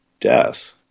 death